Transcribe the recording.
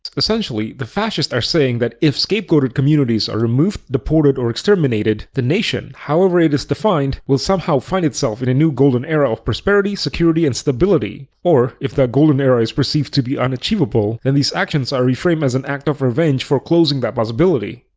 essentially, the fascists are saying that if scapegoated communities are removed, deported or exterminated, the nation, however it is defined, will somehow find itself in a new golden era of prosperity, security and stability. or if that golden era is perceived to be unachievable, then these actions are reframed as an act of revenge for closing that possibility.